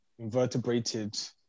invertebrated